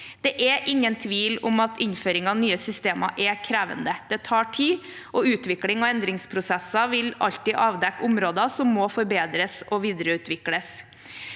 Det er ingen tvil om at innføring av nye systemer er krevende. Det tar tid, og utvikling og endringsprosesser vil alltid avdekke områder som må forbedres og videreutvikles.